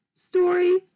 story